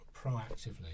proactively